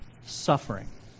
suffering